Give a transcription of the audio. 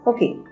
Okay